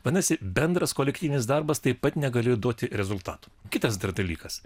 vadinasi bendras kolektyvinis darbas taip pat negali duoti rezultatų kitas dar dalykas